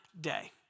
day